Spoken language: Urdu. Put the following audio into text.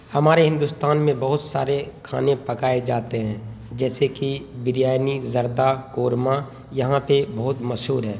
جی ہمارے ہندوستان میں بہت سارے کھانے پکائے جاتے ہیں جیسے کہ بریانی زردہ قورمہ یہاں پہ بہت مشہور ہے